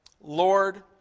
Lord